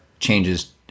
changes